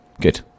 Good